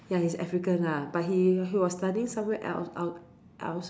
ya he is African lah but he he was studying somewhere else outside